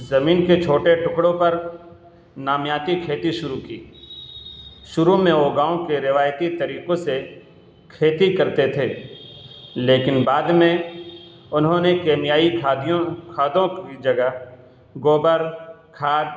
زمین کے چھوٹے ٹکڑوں پر نامیاتی کھیتی شروع کی شروع میں وہ گاؤں کے روایتی طریقوں سے کھیتی کرتے تھے لیکن بعد میں انہوں نے کیمیائی کھادیوں کھادوں کی جگہ گوبر کھاد